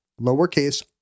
lowercase